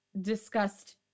discussed